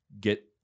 get